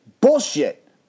Bullshit